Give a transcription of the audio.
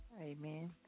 Amen